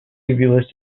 явилось